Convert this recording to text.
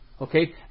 Okay